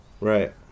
Right